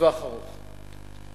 לטווח ארוך.